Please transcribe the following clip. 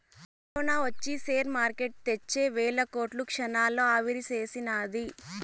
corona ఒచ్చి share market తెచ్చే వేల కోట్లు క్షణాల్లో ఆవిరిసేసినాది